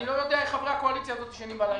אני לא יודע איך חברי הקואליציה הזאת ישנים בלילה,